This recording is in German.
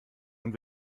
und